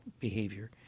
behavior